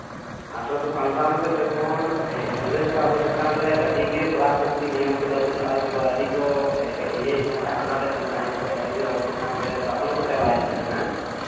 ᱟᱴᱷᱨᱚᱥᱚ ᱥᱟᱣᱛᱟᱱᱚ ᱨᱮ ᱡᱚᱠᱷᱚᱱ ᱤᱝᱨᱮᱹᱡᱽ ᱠᱚ ᱟᱵᱚ ᱪᱮᱛᱟᱱ ᱨᱮ ᱟᱹᱰᱤ ᱜᱮ ᱠᱚᱲᱟ ᱠᱟᱱᱛᱤ ᱱᱤᱭᱚᱢ ᱠᱚ ᱞᱟᱹᱜᱩ ᱞᱟᱜᱼᱟ ᱠᱤᱝᱵᱟ ᱟᱹᱰᱤ ᱠᱚ ᱤᱭᱟᱹᱭᱮᱫ ᱵᱚᱱ ᱛᱟᱦᱮᱸᱫ ᱟᱱᱟᱴᱮᱫ ᱵᱚᱱ ᱛᱟᱦᱮᱱᱟᱠᱚ ᱟᱹᱰᱤ ᱡᱳᱨ ᱟᱵᱚ ᱪᱮᱛᱟᱱ ᱨᱮ ᱥᱟᱥᱚᱱ ᱠᱚ ᱪᱟᱞᱟᱣᱮᱫ ᱛᱟᱦᱮᱱᱟ